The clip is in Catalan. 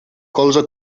colze